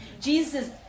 Jesus